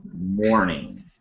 morning